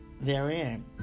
therein